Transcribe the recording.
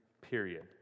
period